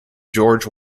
george